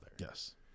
Yes